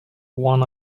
one